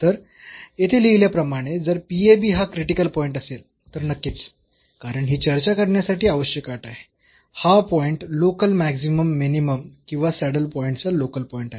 तर येथे लिहिल्याप्रमाणे जर हा क्रिटिकल पॉईंट असेल तर नक्कीच कारण ही चर्चा करण्यासाठी आवश्यक अट आहे हा पॉईंट लोकल मॅक्सिमम मिनिमम किंवा सॅडल पॉईंटचा लोकल पॉईंट आहे